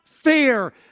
Fair